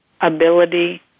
ability